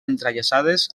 entrellaçades